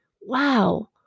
wow